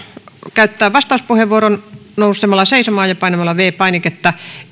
käyttää vastauspuheenvuoron nouskaa seisomaan ja painakaa viides painiketta